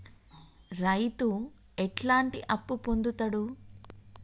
రైతు ఎట్లాంటి అప్పు పొందుతడు?